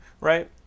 right